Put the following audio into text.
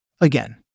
Again